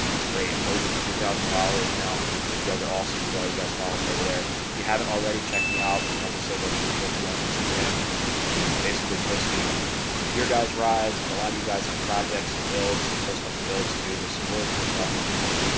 that's great. i'm over three thousand followers now you guys are awesome for all you guys follow me over there. if you haven't already check me out. it's michael sabo three hundred and fifty on instagram basically posting up your guy's rides and a lot of you guys have projects and builds. i post up the builds, too there's some really cool stuff on there